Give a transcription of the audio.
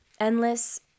endless